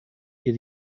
ihr